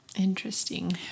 Interesting